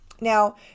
now